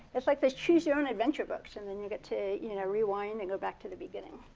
it's like this choose your own adventure books, and and you get to you know rewind and go back to the beginning.